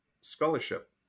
scholarship